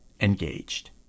engaged